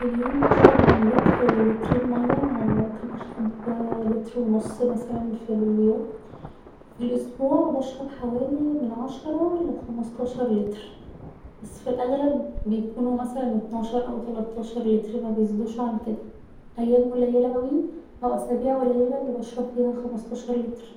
في اليوم بشرب من لتر للترين مياه يعني ممكن اشرب لتر و نص مثلا في اليوم في الأسبوع بشرب حوالي من عشرة لخمستاشر لتر بس في الأغلب بيكونوا مثلا اتناشر او تلاتاشر لتر مبيزيدوش عن كده أيام قليلة اوي او أسابيع قليلة اللي بشرب فيها خمستاشر لتر